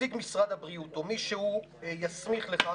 נציג משרד הבריאות או מי שהוא יסמיך לכך,